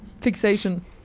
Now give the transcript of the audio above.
fixation